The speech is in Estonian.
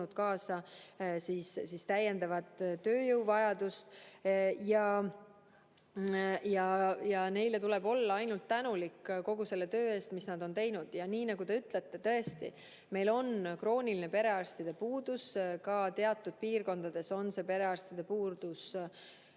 kaasa täiendava tööjõu vajaduse. Neile tuleb olla väga tänulik kogu selle töö eest, mis nad on teinud. Nii nagu te ütlete, tõesti, meil on krooniline perearstide puudus, teatud piirkondades on see puudus